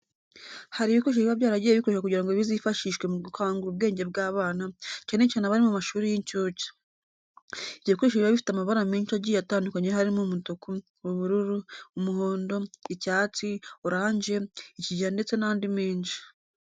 Hari ibikoresho biba byaragiye bikorwa kugira ngo bizifashishwe mu gukangura ubwenge bw'abana, cyane cyane abari mu mashuri y'incuke. Ibyo bikoresho biba bifite amabara menshi agiye atandukanye harimo umutuku, ubururu, umuhondo, icyatsi, oranje, ikigina ndetse n'andi menshi.